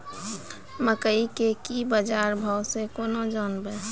मकई के की बाजार भाव से केना जानवे?